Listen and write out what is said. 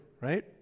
right